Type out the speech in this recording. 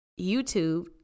YouTube